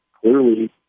clearly